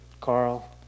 Carl